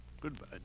Goodbye